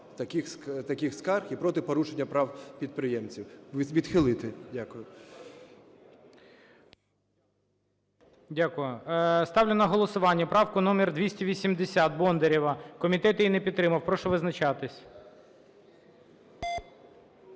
таких скарг і проти порушення права підприємців. Відхилити. Дякую. ГОЛОВУЮЧИЙ. Дякую. Ставлю на голосування правку номер 280 Бондарєва. Комітет її не підтримав. Прошу визначатися.